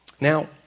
Now